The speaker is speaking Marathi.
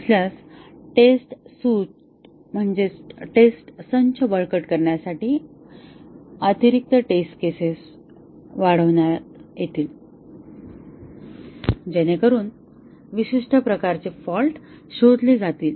नसल्यास टेस्ट सूट बळकट करण्यासाठी अतिरिक्त टेस्ट केसेस वाढविण्यात येईल जेणेकरून विशिष्ट प्रकारचे फॉल्ट शोधले जातील